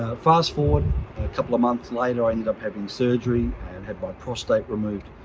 fast forward a couple of months later i ended up having surgery and had my prostate removed.